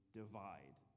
divide